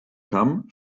come